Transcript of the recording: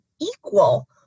equal